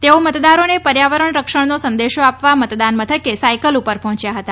તેઓ મતદારોને પર્યાવરણ રક્ષણનો સંદેશો આપવા મતદાન મથકે સાયકલ ઉપર પહોંચ્યા હતા